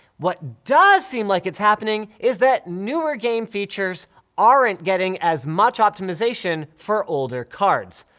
what does seem like it's happening, is that newer game features aren't getting as much optimisation for older cards.